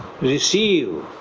receive